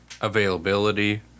availability